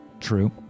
True